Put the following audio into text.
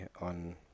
on